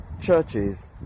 churches